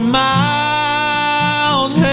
miles